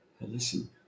Listen